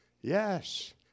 Yes